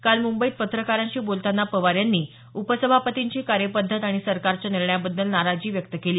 काल मुंबईत पत्रकारांशी बोलताना पवार यांनी उपसभापतींची कार्यपद्धत आणि सरकारच्या निर्णयाबद्दल नाराजी व्यक्त केली